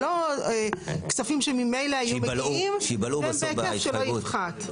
כספים שממילא היו מגיעים והם בהיקף שלא יפחת?